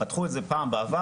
פתחו את זה פעם בעבר,